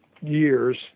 years